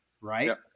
right